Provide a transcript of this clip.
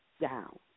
down